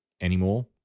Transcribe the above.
anymore